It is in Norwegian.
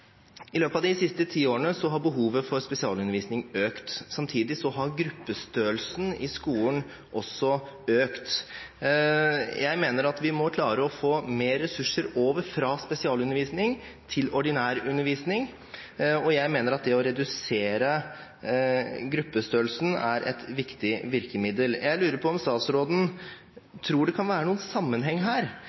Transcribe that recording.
I løpet av de siste ti årene har behovet for spesialundervisning økt. Samtidig har gruppestørrelsen i skolen også økt. Jeg mener at vi må klare å få mer ressurser over fra spesialundervisning til ordinær undervisning, og det å redusere gruppestørrelsen er et viktig virkemiddel. Jeg lurer på om statsråden tror det kan være noen sammenheng her.